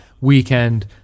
weekend